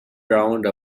round